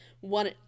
one